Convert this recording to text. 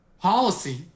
policy